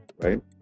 right